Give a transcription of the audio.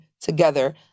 together